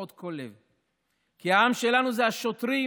שקורעות כל לב, העם שלנו זה השוטרים,